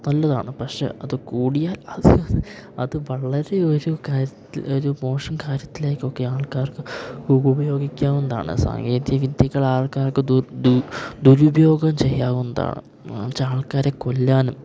നല്ലതാണ് പക്ഷേ അത് കൂടിയാൽ അത് അത് അത് വളരെ ഒരു കാര്യത്തിൽ ഒരു മോശം കാര്യത്തിലേക്കൊക്കെ ആൾക്കാർക്ക് ഉപയോഗിക്കാവുന്നതാണ് സാങ്കേതിക വിദ്യകളാൾക്കാർക്ക് ദുരുപയോഗം ചെയ്യാവുന്നതാണ് എന്നു വെച്ചാൽ ആൾക്കാരെ കൊല്ലാനും